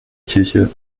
kirche